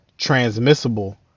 transmissible